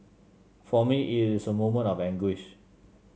for me it is a moment of anguish